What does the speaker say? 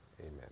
Amen